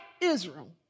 Israel